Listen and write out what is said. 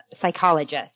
psychologist